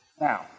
Now